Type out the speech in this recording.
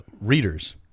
readers